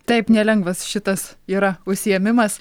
taip nelengvas šitas yra užsiėmimas